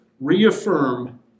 reaffirm